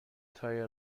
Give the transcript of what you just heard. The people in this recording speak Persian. تایر